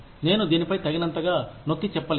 నేను దీనిపై తగినంతగా నొక్కి చెప్పలేను